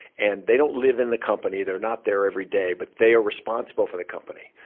and they don't live in the company, they're not there every day. but they are responsible for the company.